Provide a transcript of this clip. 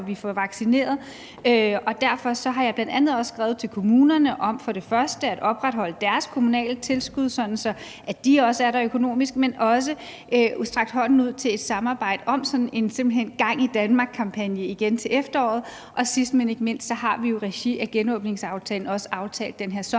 vi får vaccineret. Derfor har jeg bl.a. også skrevet til kommunerne om at opretholde deres kommunale tilskud, sådan at de også er der økonomisk, men jeg har også rakt hånden ud i forhold til at få et samarbejde om sådan en gang i Danmark-kampagne igen til efteråret, og sidst, men ikke mindst, har vi jo i regi af genåbningsaftalen også aftalt den her sommerpakke,